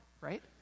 right